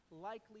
likely